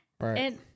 Right